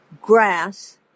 grass